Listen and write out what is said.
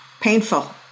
Painful